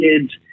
kids